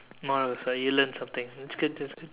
moral of the story you learn something that's good that's good